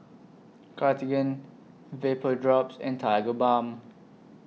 Cartigain Vapodrops and Tigerbalm